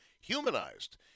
humanized